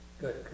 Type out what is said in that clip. Good